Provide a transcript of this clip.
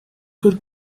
could